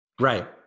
Right